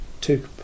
two